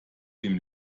dem